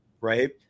right